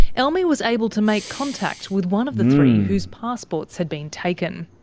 elmi was able to make contact with one of the three whose passports had been taken.